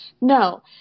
No